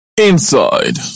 Inside